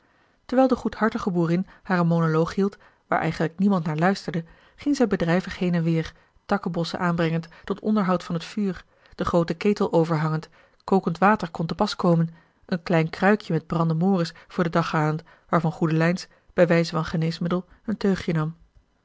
terwijl de goedhartige boerin hare monoloog hield waar eigenlijk niemand naar luisterde ging zij bedrijvig heen en weêr takkebossen aanbrengend tot onderhoud van het vuur den grooten ketel overhangend kokend water kon te pas komen een klein kruikje met brandemoris voor den dag halend waarvan goedelijns bij wijze van geneesmiddel een teugje nam